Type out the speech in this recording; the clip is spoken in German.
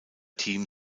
team